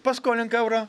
paskolink eurą